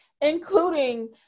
Including